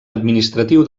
administratiu